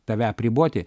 tave apriboti